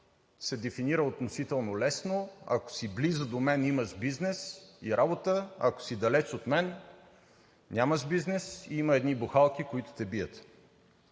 се дефинира относително лесно – ако си близо до мен, имаш бизнес и работа, ако си далеч от мен, нямаш бизнес, има едни бухалки, които те бият.